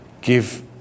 give